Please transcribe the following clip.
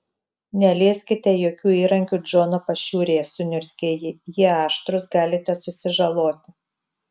nelieskite jokių įrankių džono pašiūrėje suniurzgė ji jie aštrūs galite susižaloti